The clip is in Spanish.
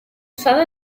usadas